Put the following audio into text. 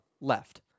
left